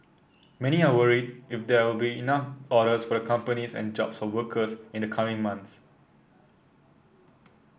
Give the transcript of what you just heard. many are worried if there will be enough orders for the companies and jobs for workers in the coming months